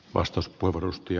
arvoisa puhemies